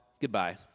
goodbye